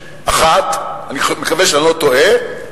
130251, ואני מקווה שאני לא טועה,